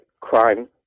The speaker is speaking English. crime